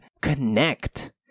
connect